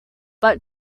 but